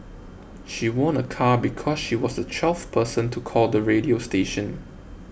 she won a car because she was the twelfth person to call the radio station